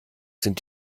sind